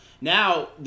Now